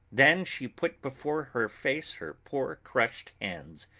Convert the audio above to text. then she put before her face her poor crushed hands,